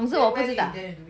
then where do you intend to do it